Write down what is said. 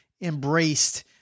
embraced